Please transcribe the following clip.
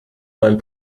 mein